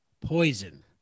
Poison